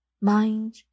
Mind